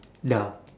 dah